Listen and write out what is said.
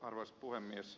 arvoisa puhemies